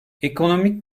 ekonomik